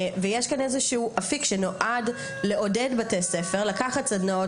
יש כאן איזשהו אפיק שנועד לעודד בתי ספר לקחת סדנאות